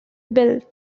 built